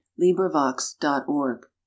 LibriVox.org